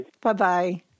Bye-bye